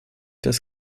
das